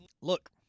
Look